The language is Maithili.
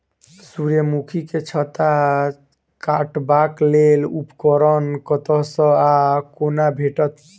सूर्यमुखी केँ छत्ता काटबाक लेल उपकरण कतह सऽ आ कोना भेटत?